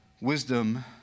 Wisdom